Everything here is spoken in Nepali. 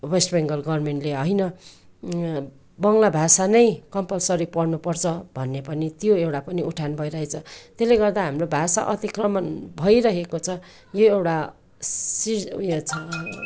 वेस्ट बङ्गाल गभर्मेन्टले होइन यहाँ बङ्गला भाषा नै कम्पलसरी पढ्नुपर्छ भन्ने पनि त्यो एउटा पनि उठान भइरहेछ त्यसले गर्दा हाम्रो भाषा अतिक्रमण भइरहेको छ यो एउटा सिर उयो छ